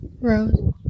Rose